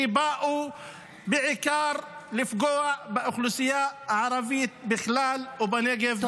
שבאו בעיקר לפגוע באוכלוסייה הערבית בכלל ובנגב בפרט.